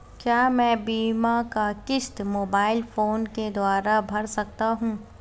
क्या मैं बीमा की किश्त मोबाइल फोन के द्वारा भर सकता हूं?